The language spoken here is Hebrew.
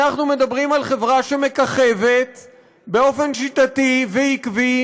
אנחנו מדברים על חברה שמככבת באופן שיטתי ועקבי